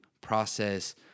process